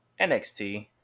NXT